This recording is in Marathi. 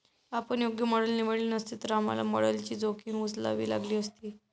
आपण योग्य मॉडेल निवडले नसते, तर आम्हाला मॉडेलची जोखीम उचलावी लागली असती